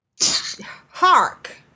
Hark